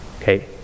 Okay